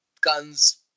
guns